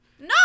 No